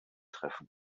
treffen